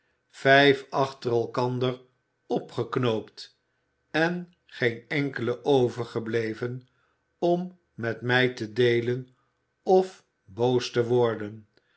vijf achter elkander opgeknoopt en geen enkele overgebleven om met mij te deelen of boos te worden